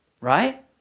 Right